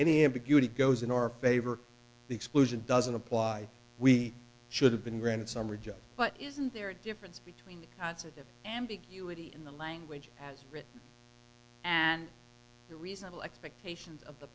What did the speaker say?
any ambiguity goes in our favor the explosion doesn't apply we should have been granted some reject but isn't there a difference between thoughts of ambiguity in the language as written and the reasonable expectations of the